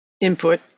input